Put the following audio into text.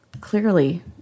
clearly